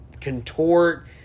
contort